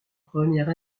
première